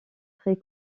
très